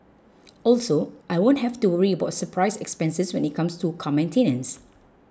also I won't have to worry about surprise expenses when it comes to car maintenance